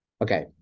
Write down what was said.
Okay